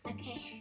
Okay